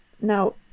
now